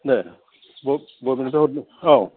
दे ब' बबेनिफ्राय हरदों औ